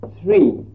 three